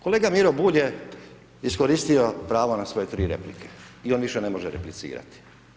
Kolega Miro Bulj je iskoristio pravo na svoje tri replike i on više ne može replicirati.